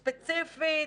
ספציפית,